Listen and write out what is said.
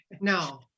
no